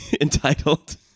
Entitled